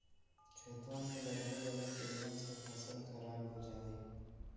खेतवन में लगवे वाला कीड़वन से फसल खराब हो जाहई